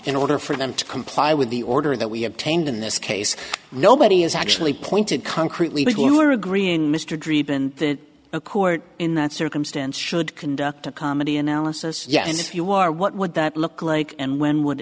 in order for them to comply with the order that we obtained in this case nobody has actually pointed concretely begin we're agreeing mr dri been the court in that circumstance should conduct a comedy analysis yet and if you are what would that look like and when would